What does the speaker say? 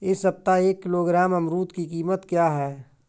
इस सप्ताह एक किलोग्राम अमरूद की कीमत क्या है?